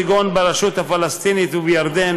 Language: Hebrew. כגון ברשות הפלסטינית ובירדן,